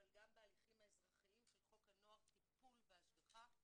אבל גם בהליכים האזרחיים של חוק הנוער (טיפול והשגחה),